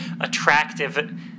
attractive